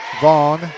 Vaughn